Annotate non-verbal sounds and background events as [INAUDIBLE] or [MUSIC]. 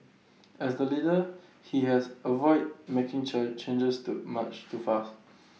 as the leader he has avoid [NOISE] making church changes too much too far [NOISE]